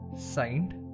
Signed